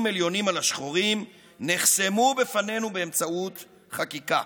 עליונים על השחורים נחסמו בפנינו באמצעות חקיקה,